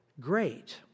great